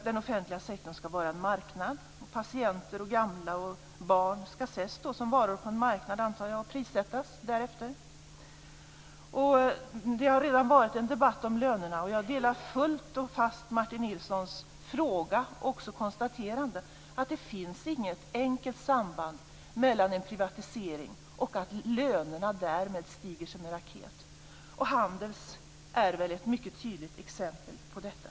Den offentliga sektorn ska vara en marknad, och patienter, gamla och barn ska ses som varor på en marknad, antar jag, och prissättas därefter. Det har redan varit en debatt om lönerna. Jag delar fullt och fast Martin Nilssons fråga och konstaterande: Det finns inget enkelt samband som säger att lönerna efter en privatisering stiger som en raket. Handels är väl ett mycket tydligt exempel på detta.